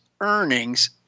earnings